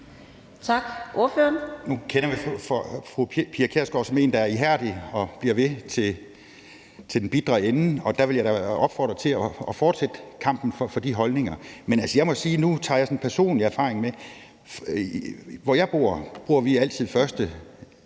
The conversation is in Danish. Nu kender vi fru Pia Kjærsgaard som en, der er ihærdig og bliver ved til den bitre ende, og der vil jeg da opfordre til at fortsætte kampen for de holdninger. Men altså, jeg må sige, og nu tager jeg sådan personlig erfaring med i det, at der, hvor jeg bor, bruger